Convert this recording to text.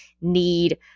need